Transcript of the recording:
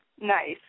Nice